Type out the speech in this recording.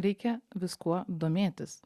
reikia viskuo domėtis